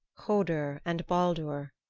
hodur and baldur,